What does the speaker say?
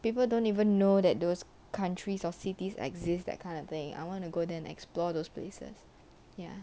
people don't even know that those countries are cities exist that kind of thing I want to go there and explore those places ya